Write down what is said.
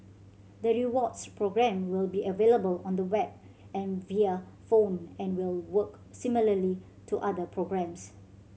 the rewards program will be available on the web and via phone and will work similarly to other programs